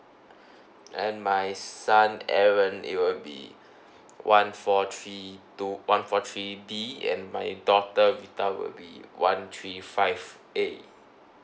and my son aaron it will be one four three two one four three D and my daughter rita will be one three five A